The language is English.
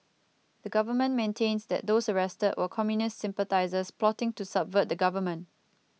the government maintains that those arrested were communist sympathisers plotting to subvert the government